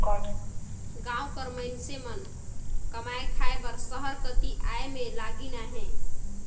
गाँव कर मइनसे मन कमाए खाए बर सहर कती आए में लगिन अहें